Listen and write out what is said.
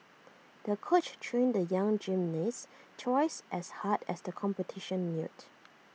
the coach trained the young gymnast twice as hard as the competition neared